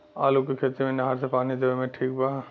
आलू के खेती मे नहर से पानी देवे मे ठीक बा?